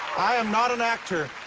i am not an actor,